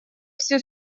все